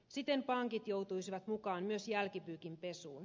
siten pankit joutuisivat mukaan myös jälkipyykin pesuun